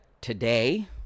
today